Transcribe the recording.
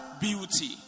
Beauty